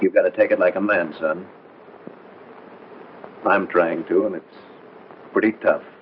you've got to take it like a man and i'm trying to and it's pretty tough